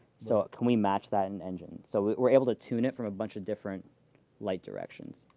so can we match that in engine? so we're able to tune it from a bunch of different light directions,